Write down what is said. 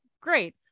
Great